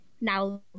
now